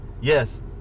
yes